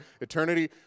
Eternity